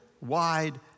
wide